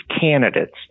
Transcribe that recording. candidates